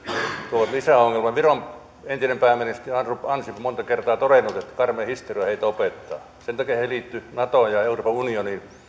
tuovat lisäongelmia viron entinen pääministeri andrus ansip on monta kertaa todennut että karmein historia heitä opettaa sen takia he liittyivät natoon ja euroopan unioniin